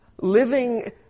Living